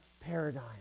paradigm